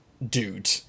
dude